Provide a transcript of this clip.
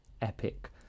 epic